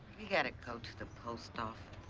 we gotta go to the post office.